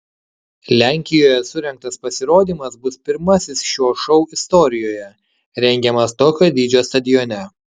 lenkijoje surengtas pasirodymas bus pirmasis šio šou istorijoje rengiamas tokio dydžio stadione